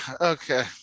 Okay